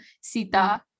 Sita